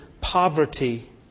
poverty